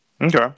Okay